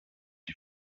die